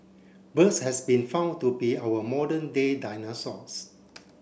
birds has been found to be our modern day dinosaurs